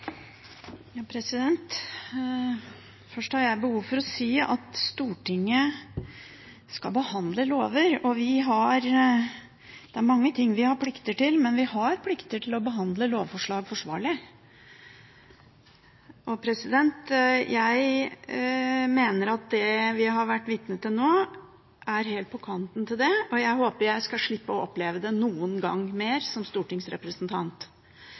mange ting vi har plikt til, men vi har plikt til å behandle lovforslag forsvarlig. Jeg mener at det vi har vært vitne til nå, er helt på kanten med hensyn til det, og jeg håper jeg skal slippe å oppleve det noen gang mer som stortingsrepresentant.